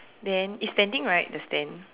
then it's standing right the stand